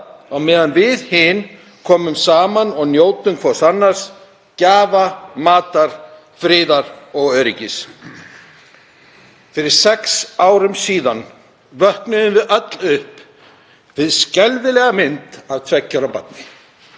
á meðan við hin komum saman og njótum hvert annars, gjafa, matar, friðar og öryggis. Fyrir sex árum vöknuðum við öll upp við skelfilega mynd af tveggja ára barni